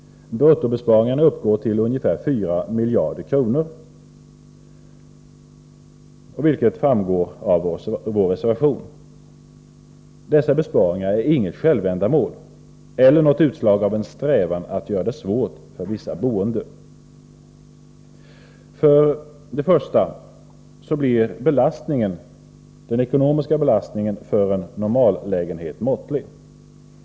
Bruttobesparingarna uppgår till ca 4 miljarder kronor, vilket framgår av våra reservationer. Dessa besparingar är inget självändamål eller något utslag av en strävan att göra det svårt för vissa boende. För det första blir den ekonomiska belastningen för en normallägenhet måttlig.